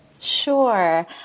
Sure